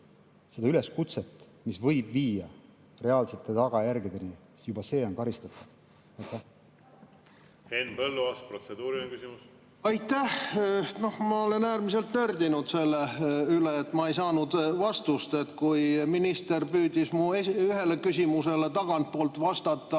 See üleskutse, mis võib viia reaalsete tagajärgedeni, juba see on karistatav. Henn Põlluaas, protseduuriline küsimus. Aitäh! Ma olen äärmiselt nördinud selle pärast, et ma ei saanud vastust. Kui minister püüdis ühele mu küsimusele tagantpoolt vastata,